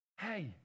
hey